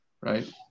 right